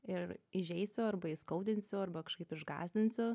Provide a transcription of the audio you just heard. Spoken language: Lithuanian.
ir įžeisiu arba įskaudinsiu arba kažkaip išgąsdinsiu